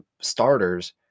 starters